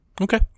Okay